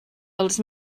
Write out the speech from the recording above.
els